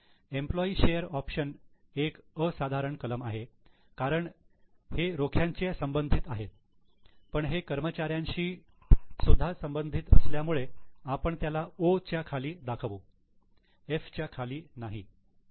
employee share option expense एक असाधारण कलम आहे कारण हे रोख्यांची संबंधित आहे पण हे कर्मचाऱ्यांशी शोधा संबंधित असल्यामुळे आपण त्याला 'O' च्या खाली दाखवू 'F' च्या खाली नव्हे